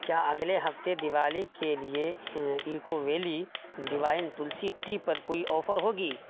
کیا اگلے ہفتے دیوالی کے لیے ایکوویلی ڈیوائن تلسی ٹی پر کوئی آفر ہوگی